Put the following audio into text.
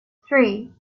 three